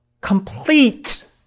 complete